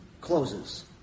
closes